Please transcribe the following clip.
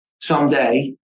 someday